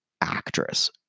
actress